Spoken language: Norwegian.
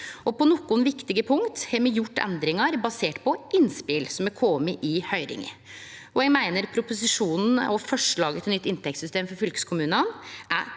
På nokre viktige punkt har me gjort endringar baserte på innspel som har kome i høyringa. Eg meiner proposisjonen og forslaget til nytt inntektssystem for fylkeskommunane er